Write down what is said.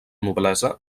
noblesa